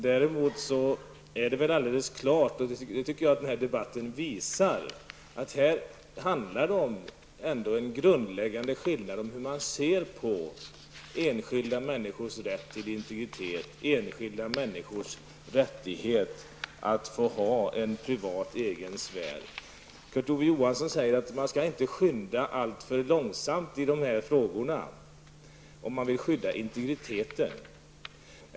Däremot är det väl alldeles klart, och det tycker jag att den här debatten visar, att det här ändå handlar om en grundläggande skillnad om hur man ser på enskilda människors rätt till integritet, enskilda människors rätt att få ha en privat och egen sfär. Kurt Ove Johansson säger att man inte skall skynda alltför långsamt i dessa frågor om man vill skydda integriteten.